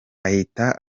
ahita